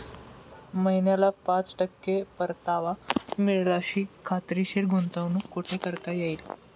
महिन्याला पाच टक्के परतावा मिळेल अशी खात्रीशीर गुंतवणूक कुठे करता येईल?